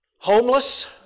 homeless